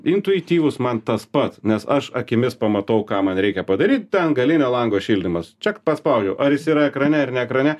intuityvūs man tas pats nes aš akimis pamatau ką man reikia padaryt ten galinio lango šildymas ček paspaudžiau ar jis yra ekrane ar ne ekrane